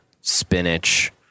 spinach